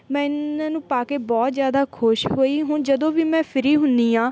ਮੈਂ ਇਹਨਾਂ ਨੂੰ ਪਾ ਕੇ ਬਹੁਤ ਜ਼ਿਆਦਾ ਖੁਸ਼ ਹੋਈ ਹੁਣ ਜਦੋਂ ਵੀ ਮੈਂ ਫ੍ਰੀ ਹੁੰਦੀ ਹਾਂ